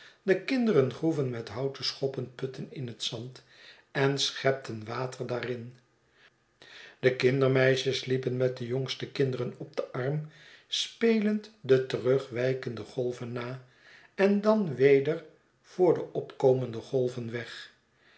de kinderen groeven met houten schoppen putten in het zand en schepten water daarin de kindermeisjes liepen met de jongste kinderen op den arm spelend de terugwijkende golven na en dan weder voor de opkomende golven weg